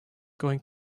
going